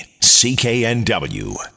CKNW